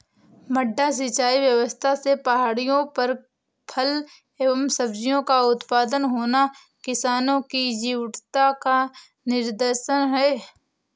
मड्डा सिंचाई व्यवस्था से पहाड़ियों पर फल एवं सब्जियों का उत्पादन होना किसानों की जीवटता का निदर्शन है